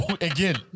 again